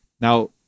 Now